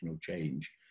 change